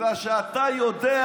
בגלל שאתה יודע